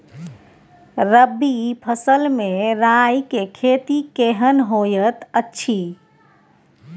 रबी फसल मे राई के खेती केहन होयत अछि?